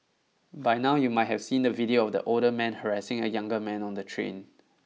by now you might have seen the video of the older man harassing a younger man on the train